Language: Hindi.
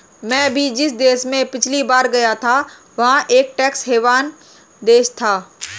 मैं भी जिस देश में पिछली बार गया था वह एक टैक्स हेवन देश था